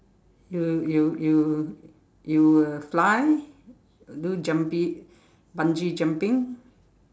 you you you you will fly do jumping bungee jumping